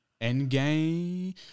Endgame